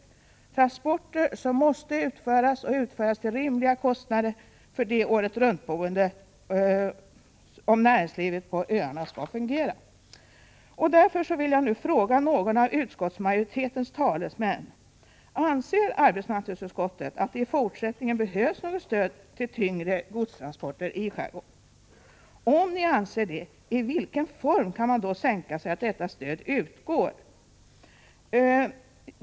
Det är transporter som måste utföras och utföras till rimliga kostnader för de åretruntboende, om näringslivet på öarna skall fungera. Därför vill jag nu fråga någon av utskottets talesmän: Anser arbetsmarknadsutskottet att det i fortsättningen behövs något stöd till tyngre godstransporter i skärgården? Om ni anser det, i vilken form kan man då tänka sig att detta stöd utgår?